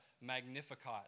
Magnificat